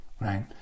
right